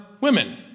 women